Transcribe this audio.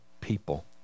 people